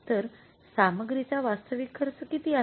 तर सामग्रीचा वास्तविक खर्च किती आहे